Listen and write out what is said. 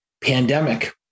pandemic